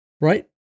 Right